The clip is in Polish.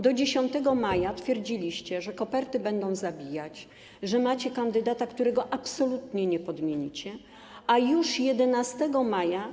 Do 10 maja twierdziliście, że koperty będą zabijać, że macie kandydata, którego absolutnie nie podmienicie, a już 11 maja.